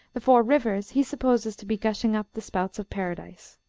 the four rivers he supposes to be gushing up the spouts of paradise.